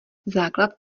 základ